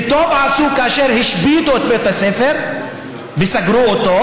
וטוב עשו כאשר השביתו את בית הספר וסגרו אותו,